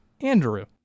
Andrew